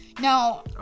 Now